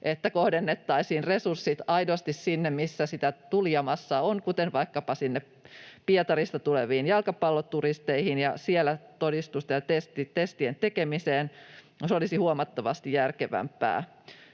että kohdennettaisiin resurssit aidosti sinne, missä sitä tulijamassaa on, kuten vaikkapa Pietarista tuleviin jalkapalloturisteihin ja siellä todistusten ja testien tekemiseen, mikä olisi huomattavasti järkevämpää.